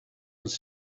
was